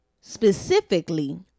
specifically